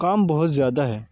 کام بہت زیادہ ہے